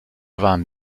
waren